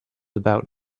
about